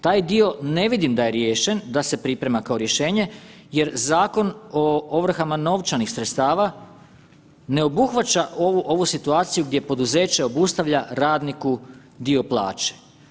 Taj dio ne vidim da je riješen, da se priprema kao rješenje jer Zakon o ovrhama novčanih sredstava ne obuhvaća ovu situaciju gdje poduzeće obustavlja radniku dio plaće.